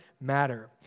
matter